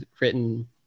written